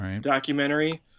documentary